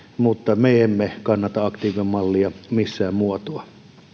mutta me emme kannata aktiivimallia missään muotoa